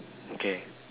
okay